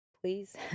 please